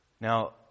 Now